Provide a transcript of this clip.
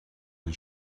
and